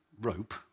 rope